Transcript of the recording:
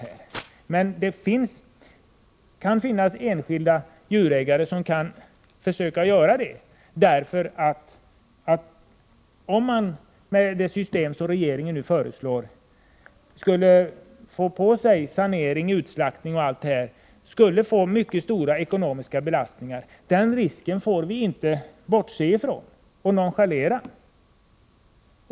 Däremot skulle enskilda djurägare kunna försöka göra det, om de enligt det system som regeringen nu föreslår skulle få ta på sig ansvaret för sanering, utslaktning osv., vilket innebär mycket stora ekonomiska påfrestningar. Den risken får vi inte nonchalera.